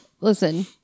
Listen